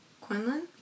Quinlan